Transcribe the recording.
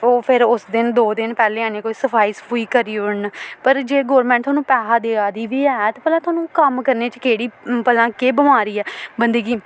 ओह् फिर उस दिन दो दिन पैह्लें आनियै सफाई सफुई करी ओड़न पर जे गौरमैंट थुआनूं पैहा देआ दी बी ऐ ते भला थुआनूं कम्म करने च केह्ड़ी भला केह् बमारी ऐ बंदे गी